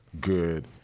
good